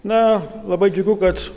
na labai džiugu kad